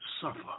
Suffer